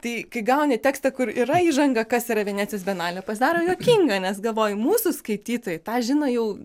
tai kai gauni tekstą kur yra įžanga kas yra venecijos bienalė pasidaro juokinga nes galvoju mūsų skaitytojai tą žino jau